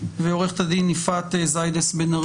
ושהעם הפלסטיני